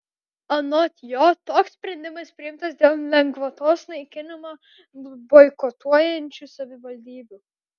anot jo toks sprendimas priimtas dėl lengvatos naikinimą boikotuojančių savivaldybių